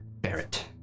Barrett